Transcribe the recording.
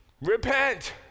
Repent